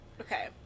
Okay